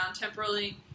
temporarily